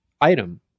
item